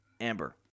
Amber